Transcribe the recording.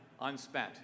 unspent